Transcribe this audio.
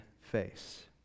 face